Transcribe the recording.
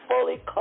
fully